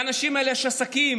לאנשים האלה יש עסקים.